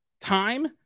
time